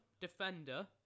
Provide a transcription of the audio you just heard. defender